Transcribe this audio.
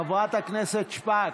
חברת הכנסת שפק,